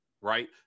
Right